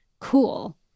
cool